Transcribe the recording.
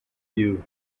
you